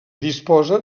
disposa